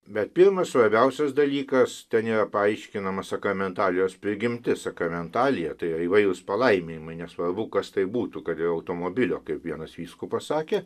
bet pirmas svarbiausias dalykas tai nėra paaiškinama sakramentalijos prigimtis sakramentalija tai yra įvairūs palaiminimai nesvarbu kas tai būtų kad ir automobilio kaip vienas vyskupas sakė